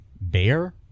Bear